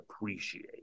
appreciate